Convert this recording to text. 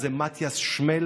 איזה מתיאס שמלה,